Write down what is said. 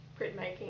printmaking